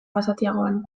basatiagoan